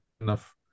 enough